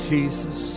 Jesus